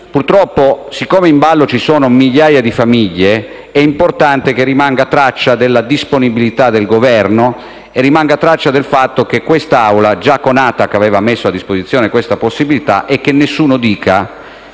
Purtroppo, siccome in ballo ci sono migliaia di famiglie, è importante che rimanga traccia della disponibilità del Governo e del fatto che questa Assemblea già con ATAC aveva messo a disposizione questa possibilità, affinché nessuno dica